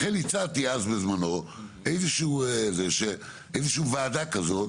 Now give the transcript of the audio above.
לכן הצעתי אז בזנו, איזושהי וועדה כזאת,